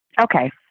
okay